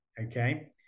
Okay